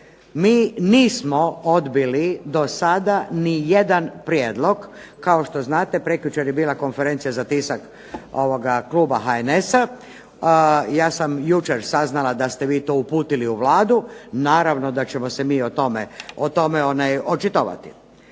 Mi nismo odbili do sada ni jedan prijedlog. Kao što znate, prekjučer je bila konferencija za tisak kluba HNS-a. Ja sam jučer saznala da ste vi to uputili u Vladu. Naravno da ćemo se mi o tome očitovati.